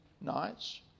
nights